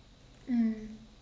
mm